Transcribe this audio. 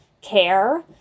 care